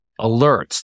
alerts